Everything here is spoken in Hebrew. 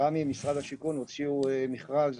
רמ״י ומשרד השיכון הוציאו מכרז